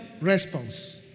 response